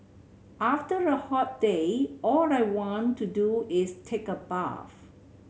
after a hot day all I want to do is take a bath